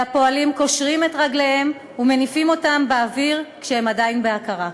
והפועלים קושרים את רגליהם ומניפים אותם באוויר כשהם עדיין בהכרה.